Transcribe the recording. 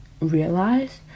realize